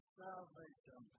salvation